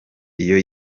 iyo